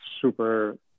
super